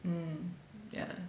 mm yeah